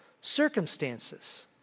circumstances